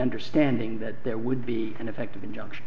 understanding that there would be an effective injunction